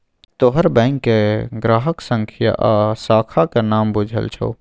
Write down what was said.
तोहर बैंकक ग्राहक संख्या आ शाखाक नाम बुझल छौ